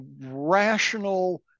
rational